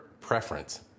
preference